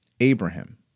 Abraham